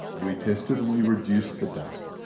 we tested and we reduced the dust.